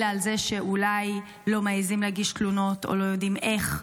אלא על זה שאולי לא מעיזים להגיש תלונות או לא יודעים איך,